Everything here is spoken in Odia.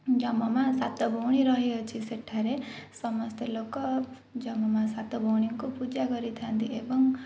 ଯମ ମା' ସାତଭଉଣୀ ରହିଅଛି ସେଠାରେ ସମସ୍ତେ ଲୋକ ଯମ ମା' ସାତଭଉଣୀକୁ ପୂଜା କରିଥାନ୍ତି ଏବଂ